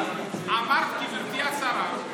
גברתי השרה,